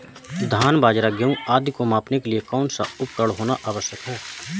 धान बाजरा गेहूँ आदि को मापने के लिए कौन सा उपकरण होना आवश्यक है?